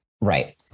Right